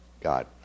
God